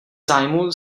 zájmu